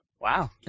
Wow